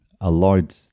allowed